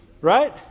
Right